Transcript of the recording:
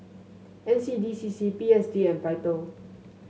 N C D C C P S D and Vital